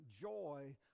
joy